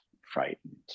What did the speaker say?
frightened